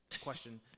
Question